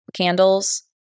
candles